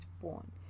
born